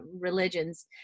religions